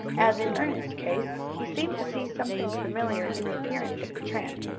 as in ernest's case, he seemed to see something familiar in the appearance of the tramp.